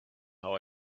how